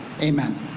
Amen